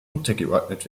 untergeordnet